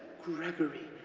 gregory,